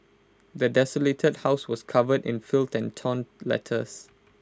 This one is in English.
the desolated house was covered in filth and torn letters